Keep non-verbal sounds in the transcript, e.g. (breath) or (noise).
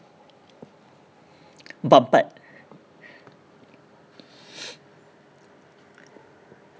empat-empat (breath)